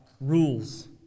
rules